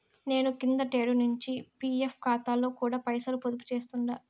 నేను కిందటేడు నించి పీఎఫ్ కాతాలో కూడా పైసలు పొదుపు చేస్తుండా